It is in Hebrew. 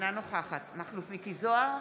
אינה נוכחת מכלוף מיקי זוהר,